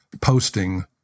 posting